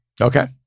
Okay